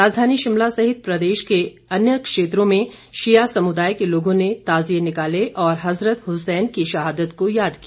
राजधानी शिमला सहित प्रदेश के अनेक क्षेत्रों में शिया समुदाय के लोगों ने ताजिये निकाले और हजरत हुसैन की शहादत को याद किया